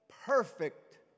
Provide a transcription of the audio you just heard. perfect